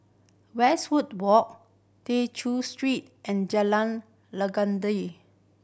Westwood Walk Tew Chew Street and Jalan Legundi